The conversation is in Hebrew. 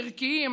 ערכיים,